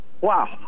Wow